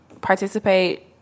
participate